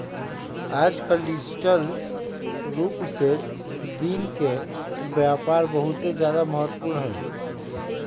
आजकल डिजिटल रूप से दिन के व्यापार बहुत ज्यादा महत्वपूर्ण हई